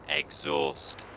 exhaust